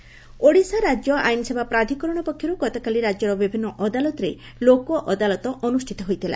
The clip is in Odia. ଲୋକଅଦାଲତ ଓଡ଼ିଶା ରାଜ୍ୟ ଆଇନସେବା ପ୍ରାଧକରଣ ପକ୍ଷର୍ ଗତକାଲି ରାଜ୍ୟର ବିଭିନୁ ଅଦାଲତରେ ଲୋକ ଅଦାଲତ ଅନୁଷ୍ଠିତ ହୋଇଥିଲା